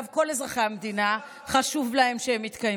שנה וחצי --- החוקים הראשונים האלה מוכיחים מה מעניין אתכם.